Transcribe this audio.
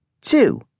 Two